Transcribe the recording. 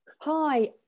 Hi